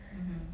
mmhmm